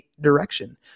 direction